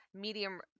medium